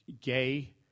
gay